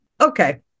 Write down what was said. Okay